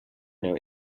know